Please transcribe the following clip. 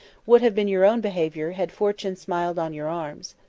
would have been your own behavior, had fortune smiled on your arms?